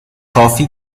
کافی